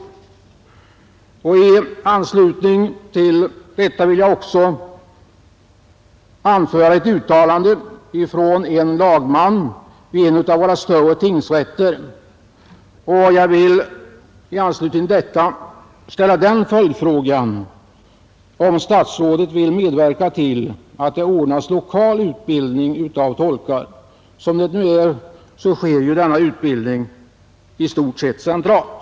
Torsdagen den I anslutning till detta vill jag också anföra ett uttalande från en lagman 15 april 1971 vid en av våra större tingsrätter. I samband med detta vill jag ställa —— AA följdfrågan, om statsrådet vill medverka till att det ordnas med lokal Ang. lagring av kemiutbildning av tolkar. Nu sker denna utbildning i stort sett centralt.